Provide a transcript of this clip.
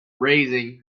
raising